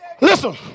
Listen